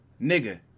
Nigga